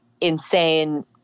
insane